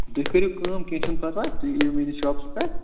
تُہۍ کٔرِو کٲم کیٚنہہ چھِنہٕ پرواے تُہۍ یِیِو میٛٲنِس شاپَس پٮ۪ٹھ